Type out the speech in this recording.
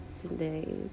Today